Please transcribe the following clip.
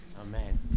Amen